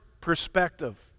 perspective